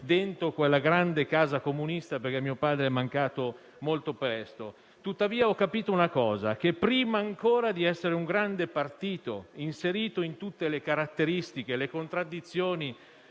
dentro quella grande casa comunista, perché mio padre è mancato molto presto. Ho capito però una cosa e cioè che, prima ancora di essere un grande partito, inserito in tutte le caratteristiche e le contraddizioni